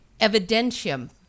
Evidentium